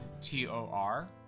T-O-R